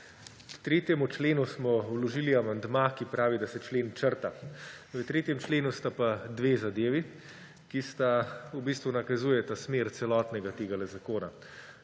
K 3. členu smo vložili amandma, ki pravi, da se člen črta. V 3. členu sta pa dve zadevi, ki v bistvu nakazujeta smer celotnega tega zakona.